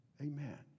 Amen